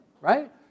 right